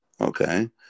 Okay